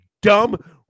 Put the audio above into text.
dumb